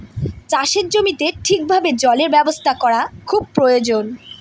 চাষের জমিতে ঠিক ভাবে জলের ব্যবস্থা করা খুব প্রয়োজন